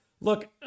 look